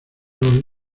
los